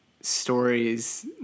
stories